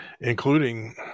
including